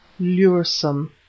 luresome